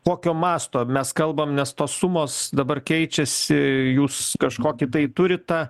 kokio masto mes kalbam nes tos sumos dabar keičiasi jūs kažkokį tai turit tą